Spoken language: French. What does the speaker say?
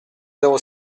zéro